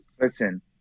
Listen